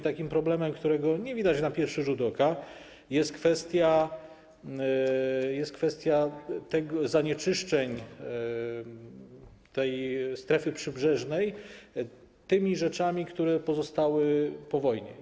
Takim problemem, którego nie widać na pierwszy rzut oka, jest kwestia zanieczyszczeń strefy przybrzeżnej tymi rzeczami, które pozostały po wojnie.